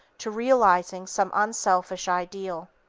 to realizing some unselfish ideal.